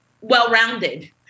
well-rounded